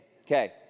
Okay